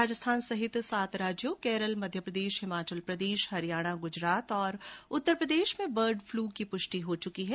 राजस्थान सहित सात राज्यों केरल मध्य प्रदेश हिमाचल प्रदेश हरियाणा गुजरात और उत्तर प्रदेश में बर्ड फ्लू की पुष्टि हो चुकी है